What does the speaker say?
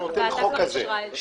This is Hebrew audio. הוועדה כבר אישרה את זה.